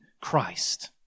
Christ